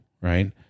right